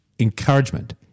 Encouragement